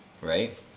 Right